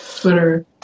Twitter